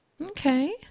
Okay